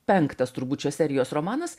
penktas turbūt šios serijos romanas